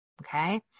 Okay